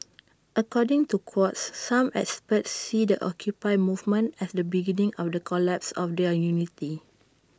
according to Quartz some experts see the occupy movement as the beginning of the collapse of their unity